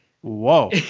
Whoa